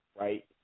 right